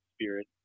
Spirit